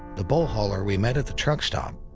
the bull hauler we met at the truckstop.